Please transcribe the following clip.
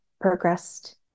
progressed